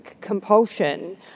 compulsion